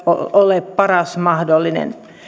ole paras mahdollinen